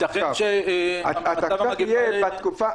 ייתכן שבמצב המגפה לא יהיה צורך.